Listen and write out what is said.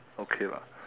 okay lah